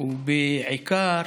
ובעיקר